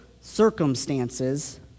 circumstances